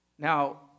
Now